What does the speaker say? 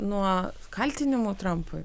nuo kaltinimų trampui